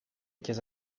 chiese